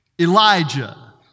Elijah